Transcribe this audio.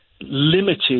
limited